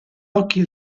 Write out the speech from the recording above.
occhi